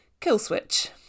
Killswitch